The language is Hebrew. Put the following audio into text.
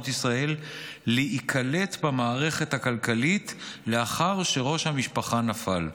ישראל להיקלט במערכת הכלכלית לאחר שראש המשפחה נפל.